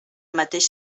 mateix